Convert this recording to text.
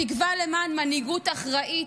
התקווה למנהיגות אחראית,